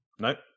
Nope